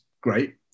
great